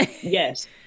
Yes